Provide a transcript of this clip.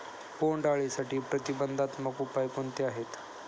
बोंडअळीसाठी प्रतिबंधात्मक उपाय कोणते आहेत?